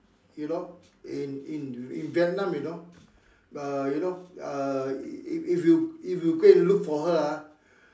you know in in in Vietnam you know err you know err if you if you go and look for her ah